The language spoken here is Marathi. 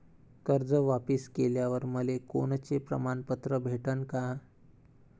कर्ज वापिस केल्यावर मले कोनचे प्रमाणपत्र भेटन का?